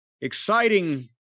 Exciting